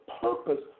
purpose